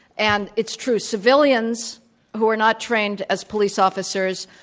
and it's true, civilians who are not trained as police officers,